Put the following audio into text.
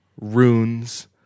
runes